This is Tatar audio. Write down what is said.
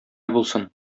булсын